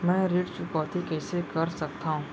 मैं ऋण चुकौती कइसे कर सकथव?